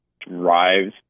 drives